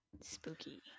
spooky